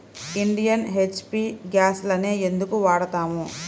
Indian, HP గ్యాస్లనే ఎందుకు వాడతాము?